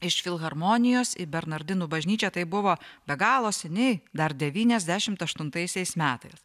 iš filharmonijos į bernardinų bažnyčią tai buvo be galo seniai dar devyniasdešimt aštuntaisiais metais